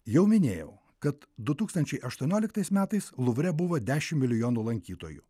jau minėjau kad du tūkstančiai aštuonioliktais metais luvre buvo dešim milijonų lankytojų